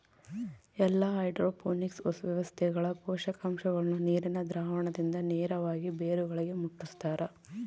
ಎಲ್ಲಾ ಹೈಡ್ರೋಪೋನಿಕ್ಸ್ ವ್ಯವಸ್ಥೆಗಳ ಪೋಷಕಾಂಶಗುಳ್ನ ನೀರಿನ ದ್ರಾವಣದಿಂದ ನೇರವಾಗಿ ಬೇರುಗಳಿಗೆ ಮುಟ್ಟುಸ್ತಾರ